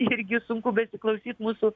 irgi sunku besiklausyt mūsų